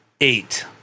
eight